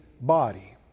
body